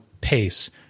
pace